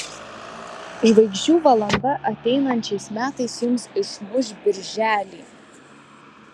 žvaigždžių valanda ateinančiais metais jums išmuš birželį